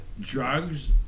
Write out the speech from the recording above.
drugs